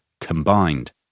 combined